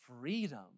freedom